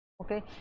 okay